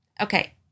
Okay